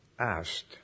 asked